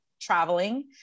traveling